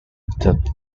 method